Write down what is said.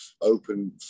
open